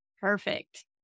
Perfect